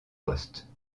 poste